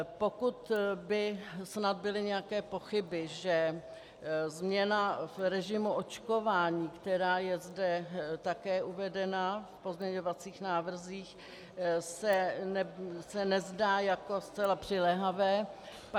Pokud by snad byly nějaké pochyby, že změna v režimu očkování, která je zde také uvedena v pozměňovacích návrzích, se nezdá jako zcela přiléhavá, tak